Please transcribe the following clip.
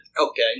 Okay